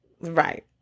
right